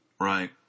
Right